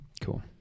Cool